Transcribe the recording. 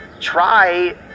try